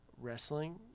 wrestling